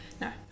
no